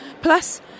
Plus